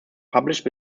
published